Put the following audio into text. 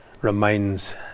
remains